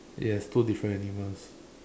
yes two different animals